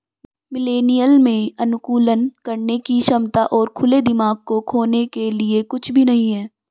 millennial में अनुकूलन करने की क्षमता और खुले दिमाग को खोने के लिए कुछ भी नहीं है